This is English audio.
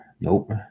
nope